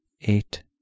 eight